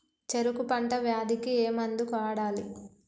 చెరుకు పంట వ్యాధి కి ఏ మందు వాడాలి?